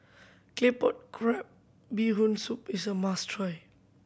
Claypot Crab Bee Hoon Soup is a must try